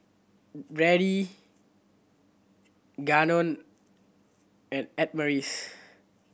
Brandyn Gannon and Adamaris